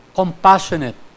compassionate